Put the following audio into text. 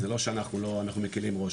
זה לא שאנחנו מקלים ראש,